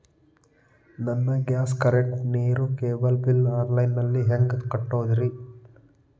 ನನ್ನ gas, current, ನೇರು, cable bill online ನಲ್ಲಿ ಹೆಂಗ್ ಕಟ್ಟೋದ್ರಿ?